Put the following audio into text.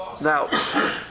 Now